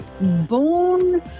born